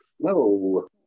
No